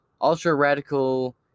ultra-radical